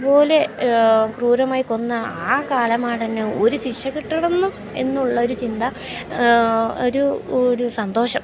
ഇതുപോലെ ക്രൂരമായി കൊന്ന ആ കാലമാടന് ഒരു ശിഷ കിട്ടണമെന്നും എന്നുള്ള ഒരു ചിന്ത ഒരു ഒരു സന്തോഷം